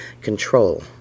control